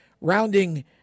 rounding